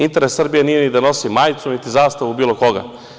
Interes Srbije nije ni da nosi majicu, niti zastavu bilo koga.